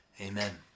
Amen